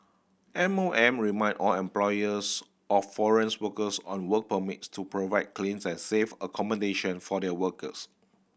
M O M reminded all employers of foreign workers on work permits to provide clean and safe accommodation for their workers